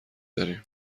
داریم